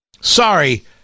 Sorry